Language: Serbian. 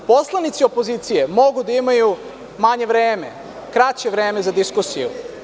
Poslanici opozicije mogu da imaju manje vreme, kraće vreme za diskusiju.